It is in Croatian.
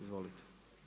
Izvolite.